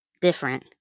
different